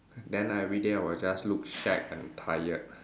then everyday I will just look shag and tired